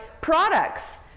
products